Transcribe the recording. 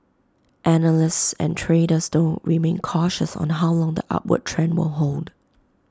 analysts and traders though remain cautious on how long the upward trend will hold